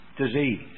disease